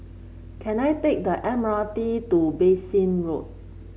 can I take the M R T to Bassein Road